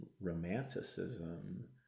romanticism